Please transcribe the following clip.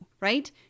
right